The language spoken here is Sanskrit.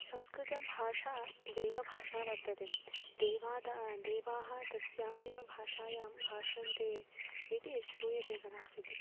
संस्कृतभाषा देवभाषा वर्तते देवादा देवाः तस्यामेव भाषायां भाषन्ते इति श्रूयते कदाचित्